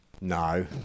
no